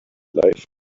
life